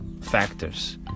factors